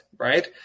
right